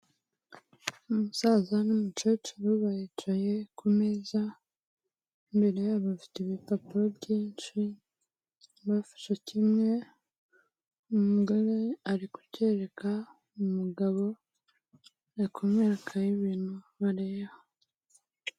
Umusaza n'umukecuru baricaye ku meza, imbere yabo bafite ibipapuro byinshi, bafashe kimwe umugore ari kubyeyereka umugabo ari kumwerekaho ibintu bareba.